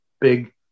big